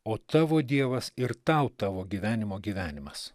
o tavo dievas ir tau tavo gyvenimo gyvenimas